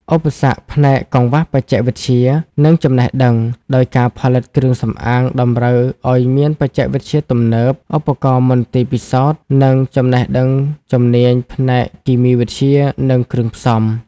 ឧបសគ្គផ្នែកកង្វះបច្ចេកវិទ្យា និងចំណេះដឹង ដោយការផលិតគ្រឿងសម្អាងតម្រូវឱ្យមានបច្ចេកវិទ្យាទំនើប ឧបករណ៍មន្ទីរពិសោធន៍ និងចំណេះដឹងជំនាញផ្នែកគីមីវិទ្យា និងគ្រឿងផ្សំ។